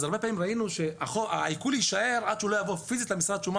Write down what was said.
הרבה פעמים ראינו שהעיקול יישאר עד שהוא לא יבוא פיזית למשרד השומה,